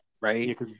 right